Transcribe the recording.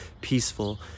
peaceful